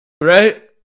Right